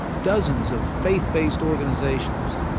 dozens of faith-based organizations,